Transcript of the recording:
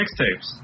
mixtapes